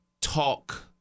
talk –